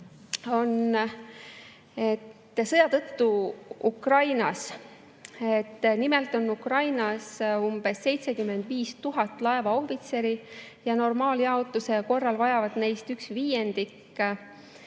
Sõja tõttu Ukrainas. Nimelt on Ukrainas umbes 75 000 laevaohvitseri ja normaaljaotuse korral vajab neist üks viiendik